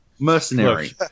mercenary